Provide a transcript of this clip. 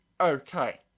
okay